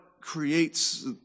creates